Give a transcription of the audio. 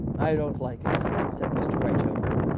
i don't like it, said mr. whitechoker.